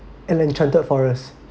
an enchanted forest